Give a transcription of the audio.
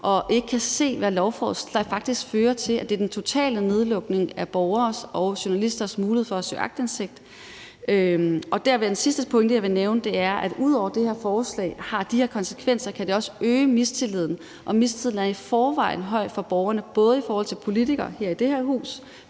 tvivl, kan se, hvad lovforslaget faktisk fører til, altså at det er den totale nedlukning af borgeres og journalisters mulighed for at søge aktindsigt. Så er der en sidste pointe, jeg vil nævne, og det er, at det her forslag, ud over at det har de her konsekvenser, også kan øge mistilliden. Mistilliden er i forvejen høj hos borgerne, både i forhold til politikerne i det her hus